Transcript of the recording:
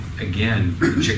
again